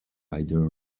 rider